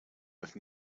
with